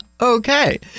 Okay